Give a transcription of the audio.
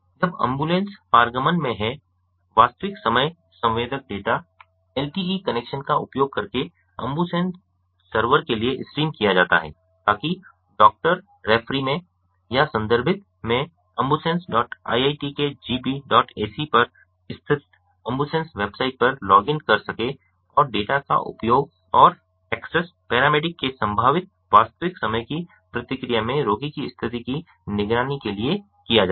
जब एम्बुलेंस पारगमन में है वास्तविक समय संवेदक डेटा LTE कनेक्शन का उपयोग करके AmbuSen सर्वर के लिए स्ट्रीम किया जाता है ताकि डॉक्टर रेफरी में या संदर्भित में AmbuSensiitkgpac पर स्थित AmbuSens वेबसाइट पर लॉग इन कर सके और डेटा का उपयोग और एक्सेस पैरामेडिक के संभावित वास्तविक समय की प्रतिक्रिया में रोगी की स्थिति की निगरानी के लिए किया जा सके